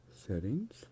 settings